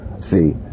See